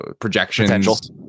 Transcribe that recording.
projections